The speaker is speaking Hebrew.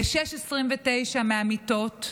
ב-06:29 מהמיטות.